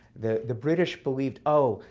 the the british believed, oh,